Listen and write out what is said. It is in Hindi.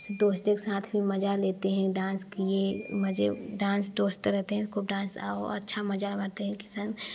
दोस्तों के साथ भी मज़ा लेते हैं डांस किए मज़े डांस दोस्त रहते हैं खूब डांस आओ अच्छा मज़ा मारते हैं कि सब